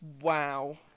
Wow